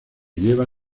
lleva